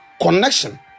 connection